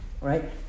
right